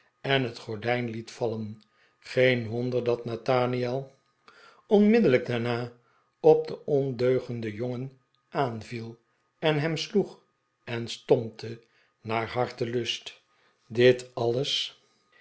en het gordijn liet vallen geen wonder dat nathaniel onmiddellijk daarna op den ondeugenden jongen aanviel en hem sloeg en stompte naar hartelust dit alles